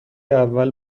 اول